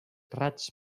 raigs